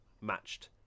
matched